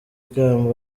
ikamba